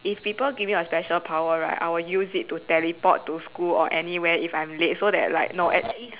if people give me a special power right I will use it to teleport to school or anywhere if I'm late so that like no at